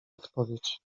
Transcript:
odpowiedź